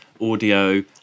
audio